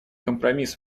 компромисс